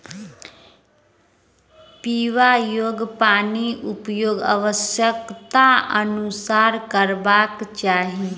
पीबा योग्य पानिक उपयोग आवश्यकताक अनुसारेँ करबाक चाही